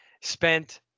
spent